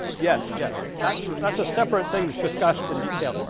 yes yes that's that's a separate thing that's discussed in detail.